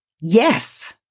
Yes